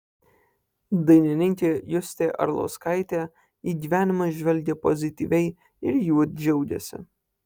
dainininkė justė arlauskaitė į gyvenimą žvelgia pozityviai ir juo džiaugiasi